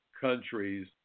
countries